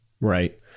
Right